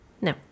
No